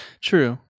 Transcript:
True